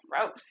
gross